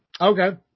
Okay